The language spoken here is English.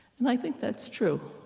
and i think that's true,